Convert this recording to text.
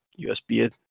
usb